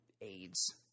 AIDS